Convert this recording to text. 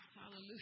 Hallelujah